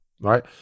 right